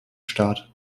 start